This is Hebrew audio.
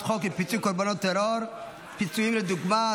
החוק לפיצוי קורבנות טרור (פיצויים לדוגמה),